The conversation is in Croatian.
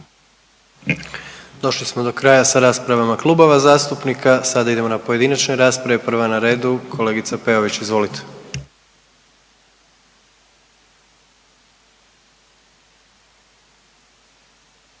Došli smo do kraja sa raspravama klubova zastupnika. Sada idemo na pojedinačne rasprave. Prva je na redu kolegica Peović, izvolite.